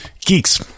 geeks